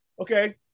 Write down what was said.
Okay